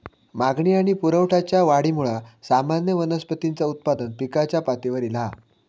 मागणी आणि पुरवठ्याच्या वाढीमुळा सामान्य वनस्पतींचा उत्पादन पिकाच्या पातळीवर ईला हा